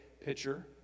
pitcher